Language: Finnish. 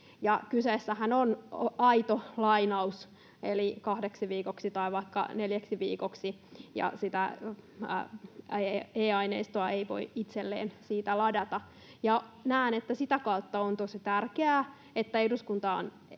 kyseessähän on aito lainaus eli kahdeksi viikoksi tai vaikka neljäksi viikoksi, ja sitä e-aineistoa ei voi itselleen ladata. Ja näen, että sitä kautta on tosi tärkeää, että se eduskunnan